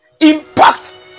Impact